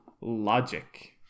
logic